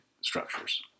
structures